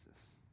Jesus